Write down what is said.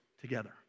together